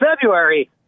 February